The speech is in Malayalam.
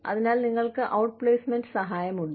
അതിനാൽ നിങ്ങൾക്ക് ഔട്ട്പ്ലേസ്മെന്റ് സഹായം ഉണ്ട്